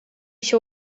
się